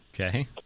Okay